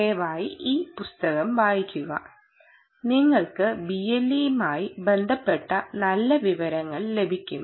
ദയവായി ഈ പുസ്തകം വായിക്കുക നിങ്ങൾക്ക് BLE മായി ബന്ധപ്പെട്ട നല്ല വിവരങ്ങൾ ലഭിക്കും